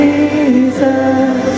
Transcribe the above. Jesus